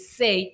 say